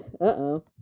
Uh-oh